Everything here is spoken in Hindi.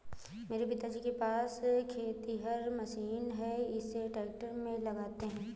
मेरे पिताजी के पास खेतिहर मशीन है इसे ट्रैक्टर में लगाते है